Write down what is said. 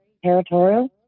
territorial